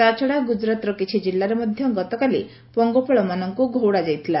ତା'ଛଡା ଗୁଜୁରାଟର କଛ ଜିଲ୍ଲାରେ ମଧ୍ୟ ଗତକାଲି ପଙ୍ଗପାଳ ମାନଙ୍କୁ ଘଉଡା ଯାଇଥିଲା